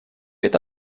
это